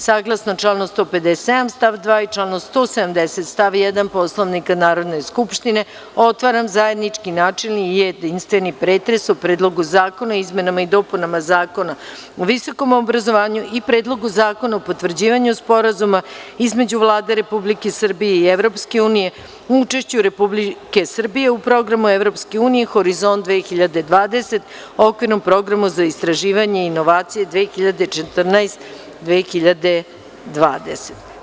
Saglasno članu 157. stav 2. i članu 170. stav 1. Poslovnika Narodne skupštine, otvaram zajednički načelni i jedinstveni pretres o Predlogu zakona o izmenama i dopunama Zakona o visokom obrazovanju i Predlogu zakona o potvrđivanju Sporazuma između Vlade Republike Srbije i EU o učešću Republike Srbije u programu EU Horizont 2020- okvirnom programu za istraživanje i inovacije (2014-2020)